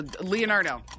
Leonardo